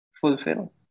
fulfill